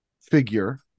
figure